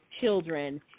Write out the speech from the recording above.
children